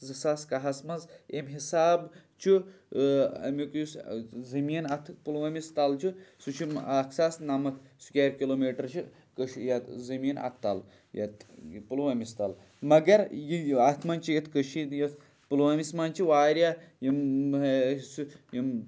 زٕساس کاہَس منٛز ییٚمہِ حِساب چھُ اَمیُٚک یُس زٔمیٖن اَتھٕ پُلوٲمِس تَل چھُ سُہ چھُ اَکھ ساس نَمَتھ سُکیر کِلوٗمیٖٹَر چھِ کٔشی یَتھ زٔمیٖن اَتھ تَل یَتھ پُلوٲمِس تَل مگر یہِ یہِ اَتھ منٛز چھِ یَتھ کٔشیٖرِ یَتھ پُلوٲمِس منٛز چھِ واریاہ یِم سُہ یِم